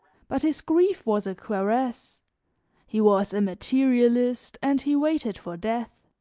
but his grief was a cuirass he was a materialist and he waited for death.